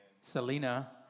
Selena